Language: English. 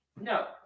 No